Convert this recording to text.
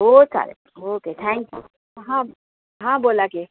हो चालेल okay thank you हां हां बोला की